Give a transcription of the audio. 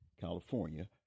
California